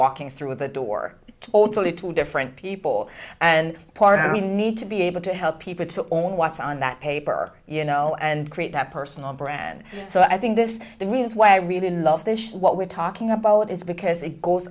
walking through the door totally two different people and part of me need to be able to help people to own what's on that paper you know and create that personal brand so i think this the reasons why i really love this what we're talking about is because it goes